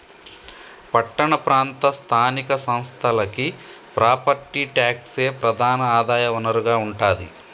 పట్టణ ప్రాంత స్థానిక సంస్థలకి ప్రాపర్టీ ట్యాక్సే ప్రధాన ఆదాయ వనరుగా ఉంటాది